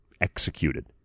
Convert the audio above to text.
executed